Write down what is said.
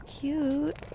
Cute